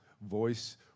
voice